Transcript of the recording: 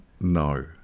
No